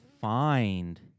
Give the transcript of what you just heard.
find